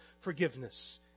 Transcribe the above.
forgiveness